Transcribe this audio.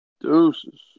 Deuces